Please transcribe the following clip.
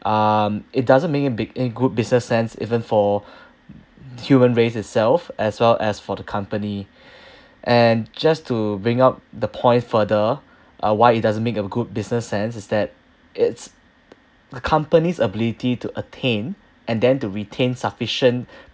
um it doesn't make a big a good business sense even for human race itself as well as for the company and just to bring up the point further uh why it doesn't make a good business sense is that it's the company's ability to attain and then to retain sufficient